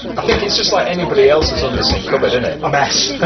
i think it's just like anybody else's under sink cupboard isn't it? a mess.